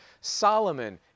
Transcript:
Solomon